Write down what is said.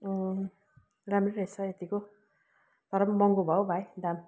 राम्रो रहेछ यत्तिको तर पनि महँगो भयो हो भाइ दाम